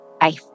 Bye